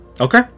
Okay